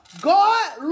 God